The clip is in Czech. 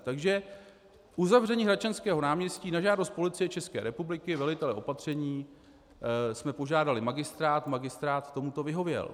Takže uzavření Hradčanského náměstí na žádost Policie České republiky, velitele opatření, jsme požádali magistrát, magistrát tomu vyhověl.